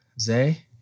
zay